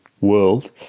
world